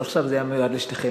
אבל עכשיו זה היה מיועד לשתיכן.